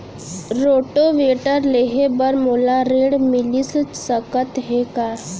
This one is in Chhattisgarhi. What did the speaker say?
रोटोवेटर लेहे बर मोला ऋण मिलिस सकत हे का?